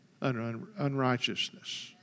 unrighteousness